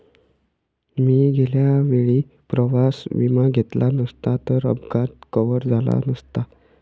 मी गेल्या वेळी प्रवास विमा घेतला नसता तर अपघात कव्हर झाला नसता